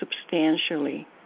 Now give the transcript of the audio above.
substantially